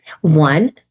One